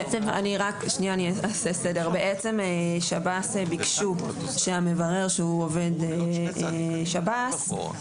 בעצם שב"ס ביקשו שהמברר שהוא עובד שב"ס,